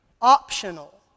optional